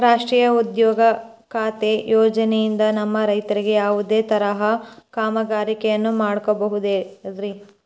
ರಾಷ್ಟ್ರೇಯ ಉದ್ಯೋಗ ಖಾತ್ರಿ ಯೋಜನೆಯಿಂದ ನಮ್ಮ ರೈತರು ಯಾವುದೇ ತರಹದ ಕಾಮಗಾರಿಯನ್ನು ಮಾಡ್ಕೋಬಹುದ್ರಿ?